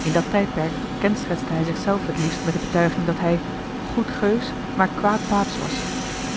in dat tijdperk kenschetste hij zich zelf het liefst met de betuiging dat hij goed geus maar kwaad paaps was